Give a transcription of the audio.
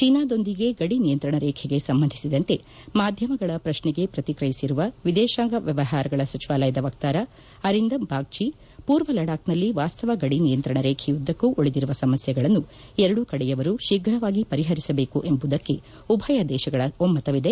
ಚೀನಾದೊಂದಿಗೆ ಗಡಿ ನಿಯಂತ್ರಣ ರೇಖೆಗೆ ಸಂಬಂಧಿಸಿದಂತೆ ಮಾಧ್ಯಮಗಳ ಪ್ರಶ್ನೆಗೆ ಪ್ರಕ್ತಿಯಿಸಿರುವ ವಿದೇಶಾಂಗ ವ್ಯವಹಾರಗಳ ಸಚಿವಾಲಯದ ವಕ್ತಾರ ಅರಿಂದಮ್ ಬಾಗ್ಚಿ ಮೂರ್ವ ಲಾಡಕ್ನಲ್ಲಿ ವಾಸ್ತವ ಗಡಿ ನಿಯಂತ್ರಣ ರೇಖೆಯುದ್ದಕ್ಕೂ ಉಳಿದಿರುವ ಸಮಸ್ಥೆಗಳನ್ನು ಎರಡೂಕಡೆಯವರು ಶೀಘವಾಗಿ ಪರಿಪರಿಸಬೇಕು ಎಂಬುದಕ್ಕೆ ಉಭಯ ದೇಶಗಳ ಒಮ್ಥವಿದೆ